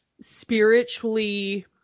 spiritually